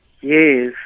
Yes